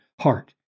heart